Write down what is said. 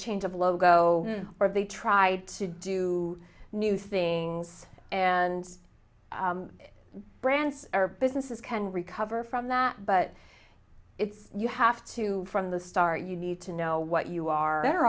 change of logo or they try to do new things and brands our businesses can recover from that but it's you have to from the start you need to know what you are